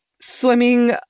swimming